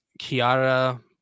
Kiara